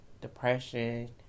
depression